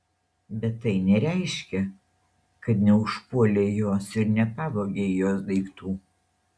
bet tai nereiškia kad neužpuolei jos ir nepavogei jos daiktų